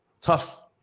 Tough